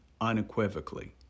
unequivocally